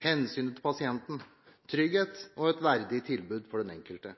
hensynet til pasienten, trygghet og et verdig tilbud for den enkelte.